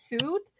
suit